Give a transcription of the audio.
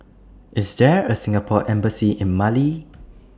IS There A Singapore Embassy in Mali